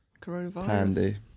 coronavirus